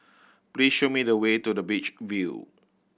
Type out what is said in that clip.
please show me the way to the Beach View